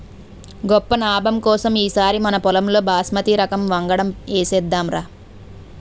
గొప్ప నాబం కోసం ఈ సారి మనపొలంలో బాస్మతి రకం వంగడం ఏసేద్దాంరా